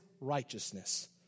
righteousness